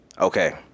Okay